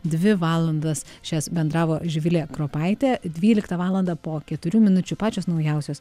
dvi valandas šias bendravo živilė kropaitė dvyliktą valandą po keturių minučių pačios naujausios